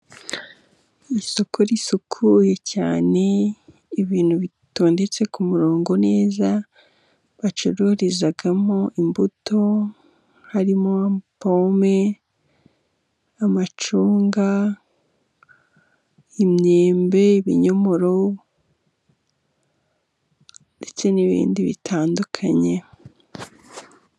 Isoko risukuye cyane ibintu bitondetse ku murongo neza bacururizamo imbuto harimo pome, amacunga ,imyembe, ibinyomoro ndetse n'ibindi bitandukanye.